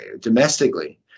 domestically